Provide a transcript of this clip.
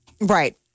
Right